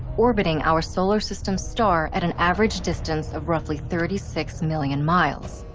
orbiting our solar system's star at an average distance of roughly thirty six million miles.